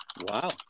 Wow